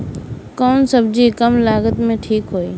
कौन सबजी कम लागत मे ठिक होई?